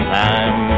time